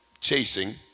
chasing